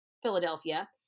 Philadelphia